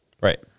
Right